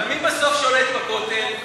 אבל מי בסוף שולט בכותל?